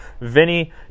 Vinny